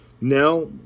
Now